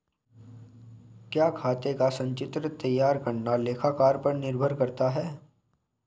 क्या खाते का संचित्र तैयार करना लेखाकार पर निर्भर करता है?